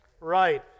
Right